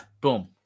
boom